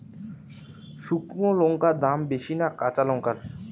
শুক্নো লঙ্কার দাম বেশি না কাঁচা লঙ্কার?